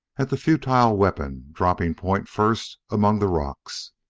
at the futile weapon dropping point first among the rocks.